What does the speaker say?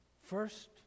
First